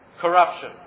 corruption